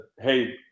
hey